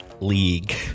league